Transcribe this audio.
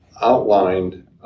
outlined